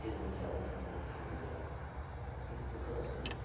ಇದ್ರ ಬಗ್ಗೆ ಯಾವುದೇ ಕ್ರಮವನ್ನ ಕೈಗೊಂಡಿಲ್ಲ ಇದು ದುಃಖದ ಸಂಗತಿ